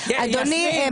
יסמין,